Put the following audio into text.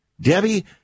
Debbie